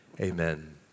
Amen